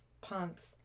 punks